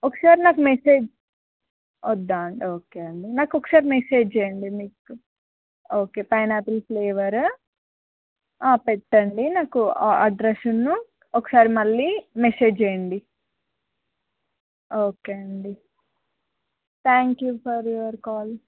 ఒకసారి నాకు మెసేజ్ వద్దా అండి ఓకే అండి నాకు ఒకసారి మెసేజ్ చేయండి మీకు ఓకే పైనాపిల్ ఫ్లేవర్ పెట్టండి నాకు అడ్రస్సును ఒకసారి మళ్ళీ మెసేజ్ చేయండి ఓకే అండి thank you for your call